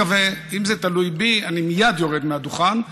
אני מקווה, אם זה תלוי בי אני מייד יורד מהדוכן,